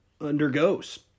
undergoes